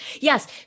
yes